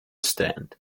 stand